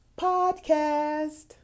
podcast